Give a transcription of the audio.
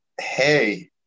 hey